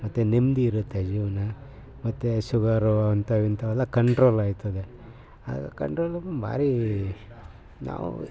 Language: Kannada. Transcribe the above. ಮತ್ತು ನೆಮ್ಮದಿ ಇರುತ್ತೆ ಜೀವನ ಮತ್ತು ಶುಗರು ಅಂಥವು ಇಂಥವೆಲ್ಲ ಕಂಟ್ರೋಲಾಗ್ತದೆ ಆಗ ಕಂಟ್ರೋಲ್ ಅಂದ್ರೆ ಭಾರೀ ನಾವು